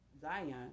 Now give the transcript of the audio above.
Zion